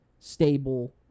Stable